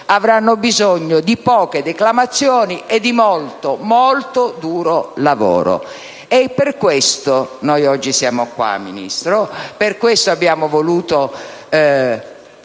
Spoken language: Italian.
avranno bisogno di poche declamazioni e di molto, molto duro lavoro. Per questo oggi noi siamo qua, signora Ministra; per questo abbiamo voluto